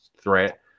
threat